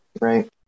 right